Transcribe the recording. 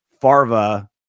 Farva